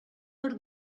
per